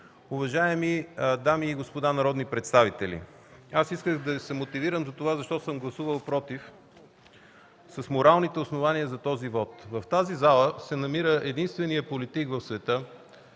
уважаеми дами и господа народни представители! Аз исках да се мотивирам за това защо съм гласувал „против” с моралните основания за този вот. В тази зала се намира единственият политик в света,